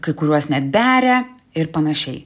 kai kuriuos net beria ir panašiai